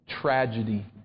tragedy